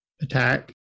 attack